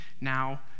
now